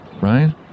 right